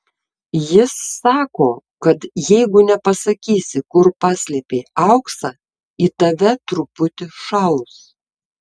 jis sako kad jeigu nepasakysi kur paslėpei auksą į tave truputį šaus